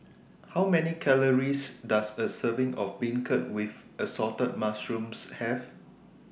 How Many Calories Does A Serving of Beancurd with Assorted Mushrooms Have